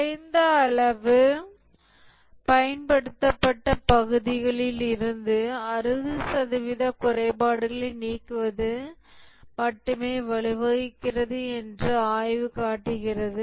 குறைந்த அளவு பயன்படுத்தப்பட்ட பகுதிகளிலிருந்து 60 சதவீத குறைபாடுகளை நீக்குவது மட்டுமே வழிவகுக்கிறது என்று ஆய்வு காட்டுகிறது